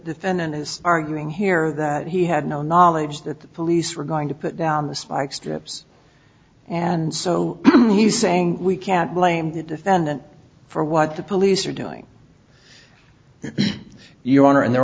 tenant is arguing here that he had no knowledge that the police were going to put down the spike strips and so he's saying we can't blame the defendant for what the police are doing your honor and there